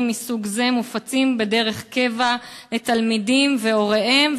מסוג זה מופצים דרך קבע לתלמידים והוריהם,